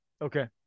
Okay